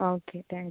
okay thank you